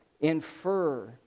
infer